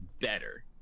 better